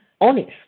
honest